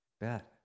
bet